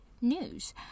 news